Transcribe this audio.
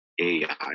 ai